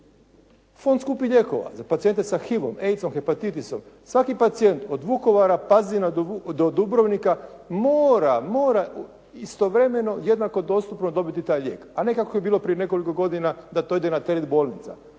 fond skupih lijekova za pacijente sa HIV-om, AIDS-om, hepatitisom. Svaki pacijent od Vukovara, Pazina do Dubrovnika mora, mora istovremeno jednako dostupno dobiti taj lijek, a ne kako je bilo prije nekoliko godina da to ide na teret bolnica,